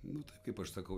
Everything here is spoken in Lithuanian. nu taip kaip aš sakau